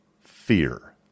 Fear